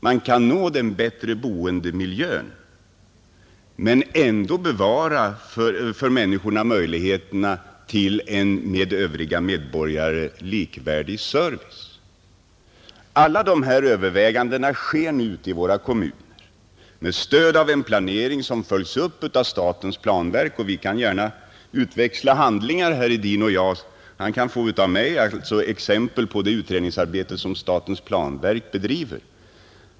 Man kan uppnå en bättre boendemiljö och samtidigt öka möjligheterna för människorna där att erhålla likvärdig service som övriga medborgare. Alla dessa överväganden sker nu ute i våra kommuner med stöd av en planering som stimuleras av statens planverk. Vi kan gärna utväxla handlingar, herr Hedin och jag. Han kan av mig få exempel på det utredningsarbete som statens planverk bedriver.